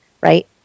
Right